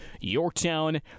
Yorktown